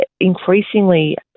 increasingly